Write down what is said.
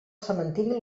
cementiri